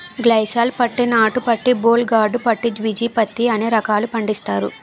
గ్లైసాల్ పత్తి నాటు పత్తి బోల్ గార్డు పత్తి బిజీ పత్తి అనే రకాలు పండిస్తారు